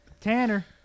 Tanner